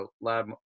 lab